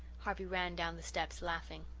harvey ran down the steps laughing.